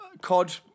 COD